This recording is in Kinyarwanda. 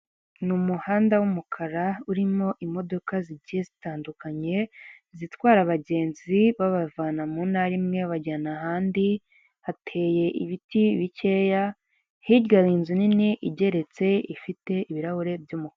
Ni umuhanda w'umukara urimo imodoka zigiye zitandukanye, izitwara abagenzi babavana mu ntara imwe babajyana ahandi hateye ibiti bikeya, hiryahari inzu nini igeretse ifite ibirahuri by'umukara.